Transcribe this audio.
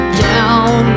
down